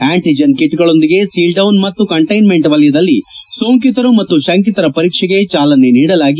antigen ಕಿಟ್ಗಳೊಂದಿಗೆ seal down ಮತ್ತು containment ವಲಯದಲ್ಲಿ ಸೊಂಕಿತರು ಮತ್ತು ಶಂಕಿತರ ಪರೀಕ್ಷೆಗೆ ಚಾಲನೆ ನೀಡಲಾಗಿದೆ